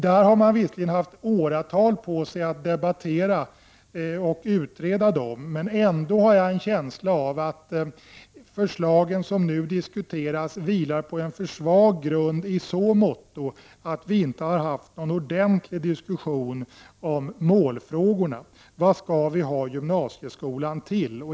Där har man visserligen haft åratal på sig att debattera och utreda förändringarna. Ändå har jag en känsla av att det förslag som nu diskuteras vilar på en för svag grund i så måtto att vi inte har haft någon ordentlig diskussion om målfrågorna. Vad skall vi ha gymnasieskolan till?